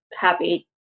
happy